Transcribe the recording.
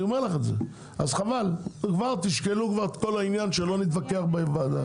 אז, חבל, כבר תשקלו את העניין שלא נתווכח בוועדה.